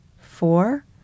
four